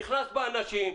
נכנסת באנשים,